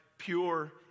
pure